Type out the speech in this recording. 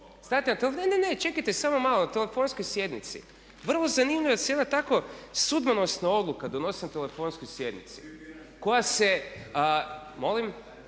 ne, ne, ne. Čekajte! Samo malo, telefonskoj sjednici. Vrlo zanimljivo da se jedna tako sudbonosna odluka donosi na telefonskoj sjednici koja se…